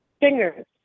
Fingers